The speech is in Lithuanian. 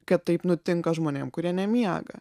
kad taip nutinka žmonėm kurie nemiega